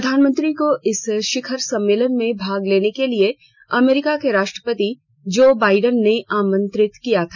प्रधानमंत्री को इस शिखर सम्मेलन में भाग लेने के लिए अमरीका के राष्ट्रपति जो बाइडेन ने आमंत्रित किया था